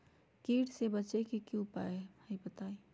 कीट से बचे के की उपाय हैं बताई?